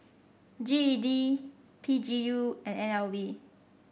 G E D P G U and N L B